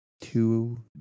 two